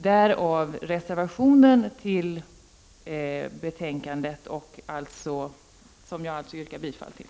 Detta är bakgrunden till reservation nr 1, som jag härmed yrkar bifall till.